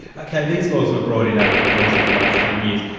okay, these laws were brought in over the course of the last ten years,